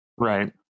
Right